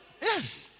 Yes